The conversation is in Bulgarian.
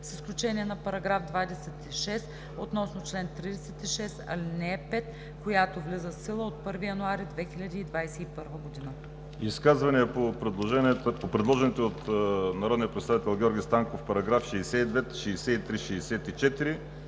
с изключение на § 26 относно чл. 36, ал. 5, която влиза в сила от 1 януари 2021 г.“ Изказвания по предложените от народния представител Георги Станков параграфи 62, 63, 64,